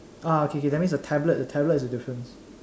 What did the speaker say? ah okay K that means the tablet the tablet is the difference